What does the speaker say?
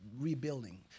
rebuilding